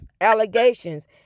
allegations